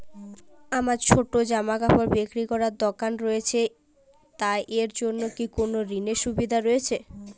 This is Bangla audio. আমার ছোটো জামাকাপড় বিক্রি করার দোকান রয়েছে তা এর জন্য কি কোনো ঋণের সুবিধে রয়েছে?